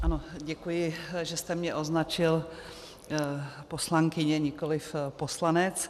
Ano, děkuji, že jste mě označil poslankyně, nikoliv poslanec.